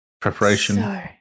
Preparation